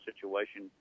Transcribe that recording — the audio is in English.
situation